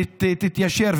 שתתיישר,